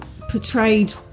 portrayed